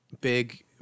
Big